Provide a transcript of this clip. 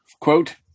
quote